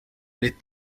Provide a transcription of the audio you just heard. les